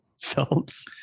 films